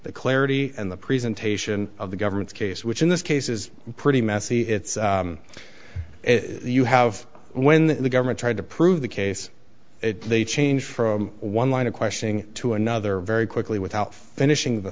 the clarity and the presentation of the government's case which in this case is pretty messy it's you have when the government tried to prove the case they change from one line of questioning to another very quickly without finishing the